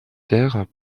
terres